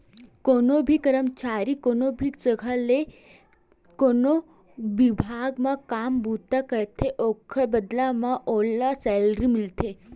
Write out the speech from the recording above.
कोनो भी करमचारी कोनो भी जघा ते कोनो बिभाग म काम बूता करथे ओखर बदला म ओला सैलरी मिलथे